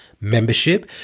membership